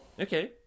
Okay